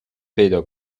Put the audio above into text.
پیدا